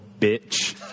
bitch